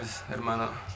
hermano